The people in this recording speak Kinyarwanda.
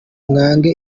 mwange